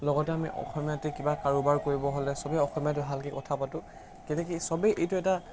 লগতে আমি অসমীয়াতে কিবা কৰোবাৰ কৰিব হ'লে সবে অসমীয়াতে ভালকে কথা পাতোঁ কেলৈ কি সবেই এইটো এটা